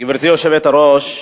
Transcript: גברתי היושבת-ראש,